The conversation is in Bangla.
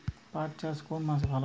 পাট চাষ কোন মাসে ভালো হয়?